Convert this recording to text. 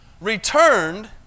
returned